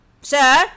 sir